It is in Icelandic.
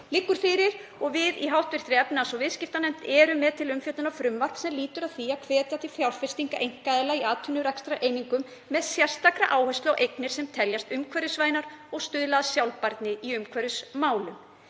Íslands. Við í hv. efnahags- og viðskiptanefnd erum með til umfjöllunar frumvarp sem lýtur að því að hvetja til fjárfestinga einkaaðila í atvinnurekstrareiningum með sérstaka áherslu á eignir sem teljast umhverfisvænar og stuðla að sjálfbærni í umhverfismálum.